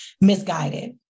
misguided